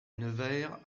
nevers